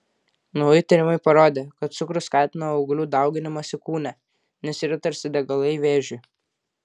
nauji tyrimai parodė kad cukrus skatina auglių dauginimąsi kūne nes yra tarsi degalai vėžiui